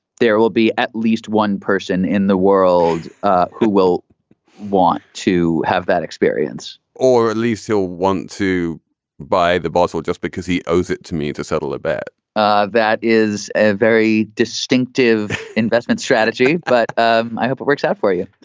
there will be at least one person in the world who will want to have that experience, or at least he'll want to buy the bottle just because he owes it to me to settle a bet. ah that is a very distinctive investment strategy but um i hope it works out for you,